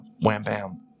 wham-bam